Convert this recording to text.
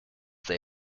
they